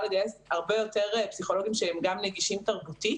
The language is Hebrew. לגייס הרבה יותר פסיכולוגים שהם גם נגישים תרבותית